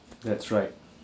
that's right